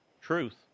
truth